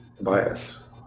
bias